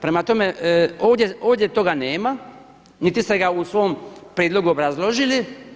Prema tome, ovdje toga nema, niti ste ga u svom prijedlogu obrazložili.